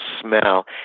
smell